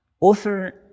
author